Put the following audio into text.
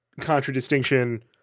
contradistinction